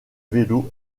vélos